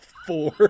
four